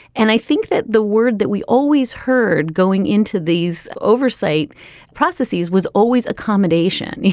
and i think that the word that we always heard going into these oversight processes was always accommodation,